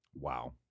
Wow